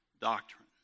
doctrine